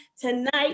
tonight